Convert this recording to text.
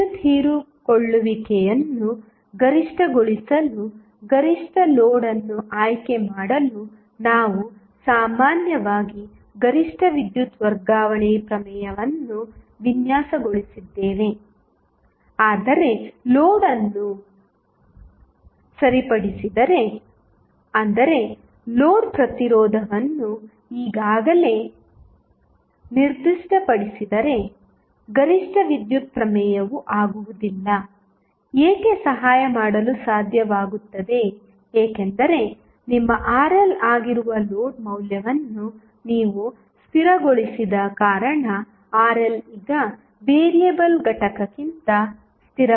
ವಿದ್ಯುತ್ ಹೀರಿಕೊಳ್ಳುವಿಕೆಯನ್ನು ಗರಿಷ್ಠಗೊಳಿಸಲು ಗರಿಷ್ಠ ಲೋಡ್ ಅನ್ನು ಆಯ್ಕೆ ಮಾಡಲು ನಾವು ಸಾಮಾನ್ಯವಾಗಿ ಗರಿಷ್ಠ ವಿದ್ಯುತ್ ವರ್ಗಾವಣೆ ಪ್ರಮೇಯವನ್ನು ವಿನ್ಯಾಸಗೊಳಿಸಿದ್ದೇವೆ ಆದರೆ ಲೋಡ್ ಅನ್ನು ಸರಿಪಡಿಸಿದರೆ ಅಂದರೆ ಲೋಡ್ ಪ್ರತಿರೋಧವನ್ನು ಈಗಾಗಲೇ ನಿರ್ದಿಷ್ಟಪಡಿಸಿದರೆ ಗರಿಷ್ಠ ವಿದ್ಯುತ್ ಪ್ರಮೇಯವು ಆಗುವುದಿಲ್ಲ ಏಕೆ ಸಹಾಯ ಮಾಡಲು ಸಾಧ್ಯವಾಗುತ್ತದೆ ಏಕೆಂದರೆ ನಿಮ್ಮ RL ಆಗಿರುವ ಲೋಡ್ ಮೌಲ್ಯವನ್ನು ನೀವು ಸ್ಥಿರಗೊಳಿಸಿದ ಕಾರಣ RL ಈಗ ವೇರಿಯಬಲ್ ಘಟಕಕ್ಕಿಂತ ಸ್ಥಿರವಾಗಿದೆ